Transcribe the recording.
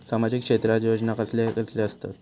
सामाजिक क्षेत्रात योजना कसले असतत?